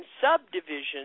subdivisions